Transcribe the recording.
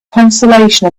consolation